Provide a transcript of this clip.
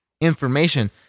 information